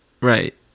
right